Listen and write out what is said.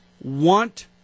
want